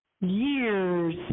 years